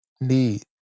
need